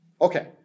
Okay